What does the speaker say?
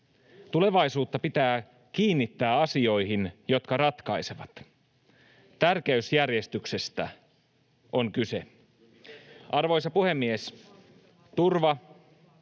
Tulevaisuutta pitää kiinnittää asioihin, jotka ratkaisevat. Tärkeysjärjestyksestä on kyse. Arvoisa puhemies! ”Turva”,